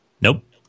Nope